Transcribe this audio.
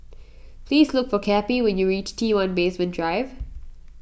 please look for Cappie when you reach T one Basement Drive